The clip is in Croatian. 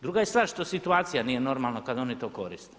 Druga je stvar što situacija nije normalna kad oni to koriste.